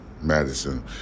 Madison